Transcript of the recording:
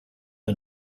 are